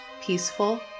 peaceful